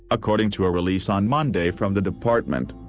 according to a release on monday from the department.